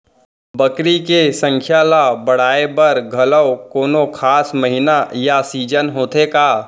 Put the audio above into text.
बकरी के संख्या ला बढ़ाए बर घलव कोनो खास महीना या सीजन होथे का?